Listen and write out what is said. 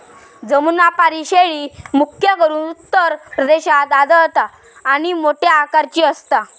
जमुनापारी शेळी, मुख्य करून उत्तर प्रदेशात आढळता आणि मोठ्या आकाराची असता